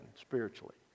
spiritually